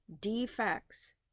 defects